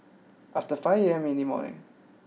after five A M in the morning